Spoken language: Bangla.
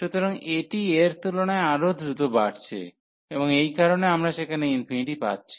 সুতরাং এটি এর তুলনায় আরও দ্রুত বাড়ছে এবং এই কারণেই আমরা সেখানে ইনফিনিটি পাচ্ছি